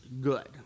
good